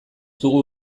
dugu